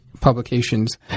publications